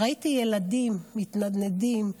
וראיתי ילדים מתנדנדים,